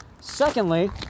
Secondly